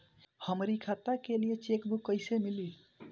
हमरी खाता के लिए चेकबुक कईसे मिली?